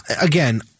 again